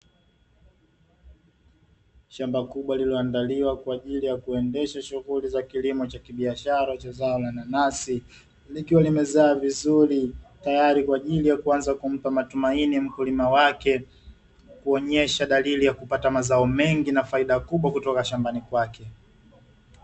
Shamba kubwa lililoandaliwa kwa ajili ya kuendesha shughuli za kilimo cha kibiashara cha zao la nanasi, likiwa limezaa vizuri tayari kwa ajili ya kuanza kumpa matumaini mkulima wake kuonyesha dalili ya kupata mazao mengi na faida kubwa kutoka shambani kwake.